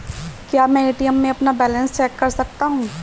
क्या मैं ए.टी.एम में अपना बैलेंस चेक कर सकता हूँ?